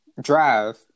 drive